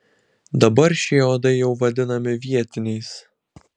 dabar šie uodai jau vadinami vietiniais